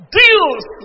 deals